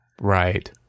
Right